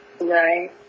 Right